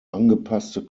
angepasste